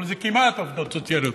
אבל זה כמעט עובדות סוציאליות,